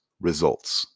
results